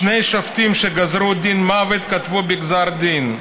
שני שופטים שגזרו דין מוות כתבו בגזר הדין: